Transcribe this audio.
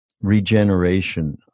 regeneration